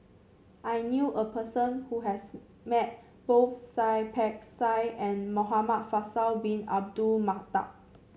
I knew a person who has met both Seah Peck Seah and Muhamad Faisal Bin Abdul Manap